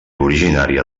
originària